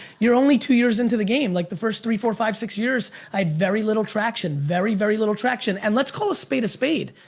you're only two years into the game. like the first, three, four, five, six years, i had very little traction, very, very little traction and let's call a spade, a spade.